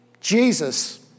Jesus